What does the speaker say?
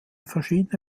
verschiedene